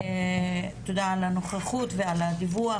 תודה על הנוכחות ועל הדיווח.